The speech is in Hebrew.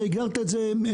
אתה הגדרת את זה נכון,